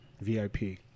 VIP